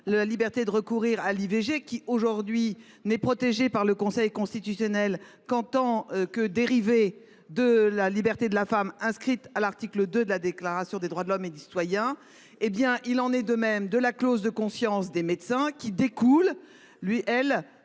la liberté de recourir à l’IVG, qui aujourd’hui n’est protégée par le Conseil constitutionnel qu’en tant que dérivé de la liberté de la femme inscrite à l’article 2 de la Déclaration des droits de l’homme et des citoyens, il vise à ce qu’il en aille de même de la clause de conscience des médecins, qui découle, elle,